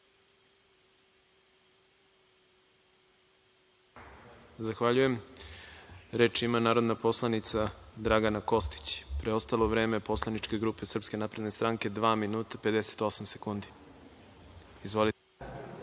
Zahvaljujem. Reč ima narodna poslanika Dragana Kostić. Preostalo vreme poslaničke grupe SNS dva minuta 58 sekundi. Izvolite.